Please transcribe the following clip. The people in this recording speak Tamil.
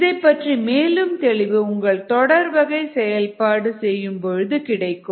இதைப் பற்றி மேலும் தெளிவு உங்களுக்கு தொடர் வகை செயல்பாடு செய்யும் பொழுது கிடைக்கும்